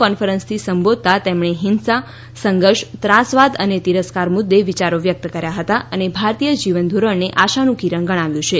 કોન્ફરન્સથી સંબોધતાં તેમણે હિંસા સંઘર્ષ ત્રાસવાદ અને તિરસ્કાર મુદ્દે વિયારો વ્યક્ત કર્યા હતા અને ભારતીય જીવન ધોરણને આશાનું કિરણ ગણાવ્યું છે